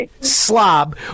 slob